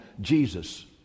Jesus